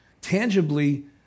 tangibly